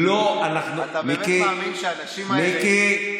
אתה באמת מאמין שהאנשים האלה, מיקי, מיקי.